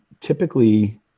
typically